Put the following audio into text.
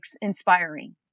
inspiring